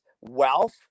wealth